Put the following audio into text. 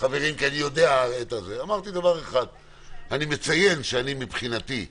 חבריים אמרתי: אני מציין שמבחינתי אני